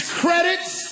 credits